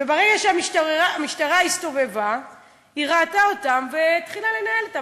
וברגע שהמשטרה הסתובבה היא ראתה אותם והתחילה לנהל אתם,